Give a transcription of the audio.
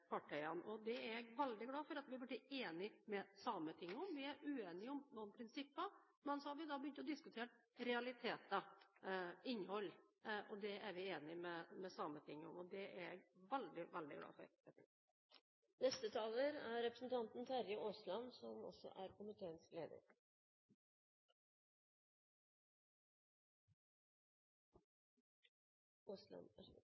Det er jeg veldig glad for at vi har blitt enige med Sametinget om. Vi er uenige om noen prinsipper, men vi har begynt å diskutere realiteter, innhold. Det er vi enige med Sametinget om, og det er jeg veldig glad for. Jeg tok ordet bare for å slå fast at det ikke er noen tvil om at de rød-grønne partiene mener at denne saken er